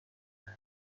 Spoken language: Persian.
کردم